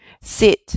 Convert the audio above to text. sit